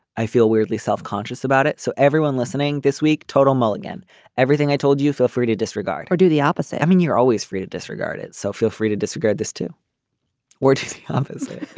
i feel weirdly self-conscious about it. so everyone listening this week total mulligan everything i told you feel free to disregard or do the opposite. i mean you're always free to disregard it so feel free to disregard this too word is. like